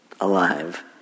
alive